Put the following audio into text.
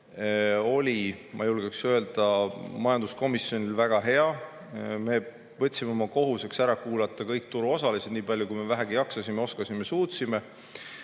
ma julgeksin öelda, väga hea. Me võtsime oma kohuseks ära kuulata kõik turuosalised, nii palju kui me vähegi jaksasime, oskasime, suutsime.